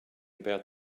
about